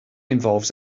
involves